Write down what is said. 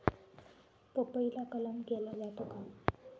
पपईला कलम केला जातो का?